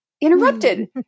interrupted